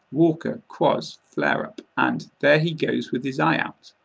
walker! quoz! flare up! and there he goes with his eye out!